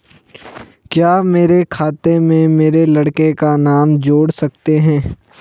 क्या मेरे खाते में मेरे लड़के का नाम जोड़ सकते हैं?